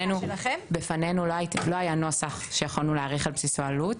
בפנינו לא היה נוסח שיכולנו על בסיסו להעריך עלות..